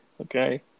Okay